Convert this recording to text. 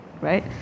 right